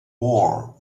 war